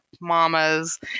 mamas